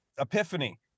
epiphany